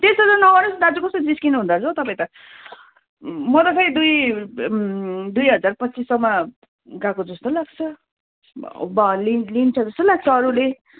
त्यस्तो चाहिँ नगर्नु होस् दाजु कस्तो जिस्कनु हुँदा रहेछ हौ तपाईँ त म त फेरि दुई दुई हजार पच्चिस सयमा गएको जस्तो लाग्छ लिन्छ जस्तो लाग्छ अरूले